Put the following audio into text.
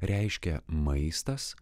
reiškia maistas